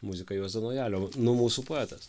muzika juozo naujalio nu mūsų poetas